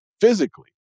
physically